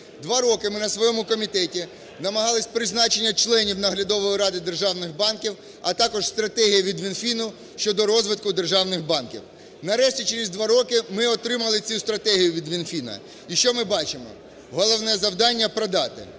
Два роки ми на своєму комітеті намагались призначення членів Наглядової ради державних банків, а також стратегію від Мінфіну щодо розвитку державних банків. Нарешті через два роки ми отримали цю стратегію від Мінфіну. І що ми бачимо? Головне завдання – продати.